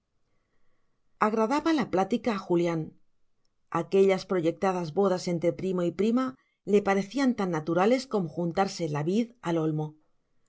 agradaba la plática a julián aquellas proyectadas bodas entre primo y prima le parecían tan naturales como juntarse la vid al olmo